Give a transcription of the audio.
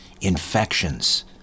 infections